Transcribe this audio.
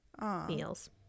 meals